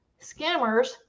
scammers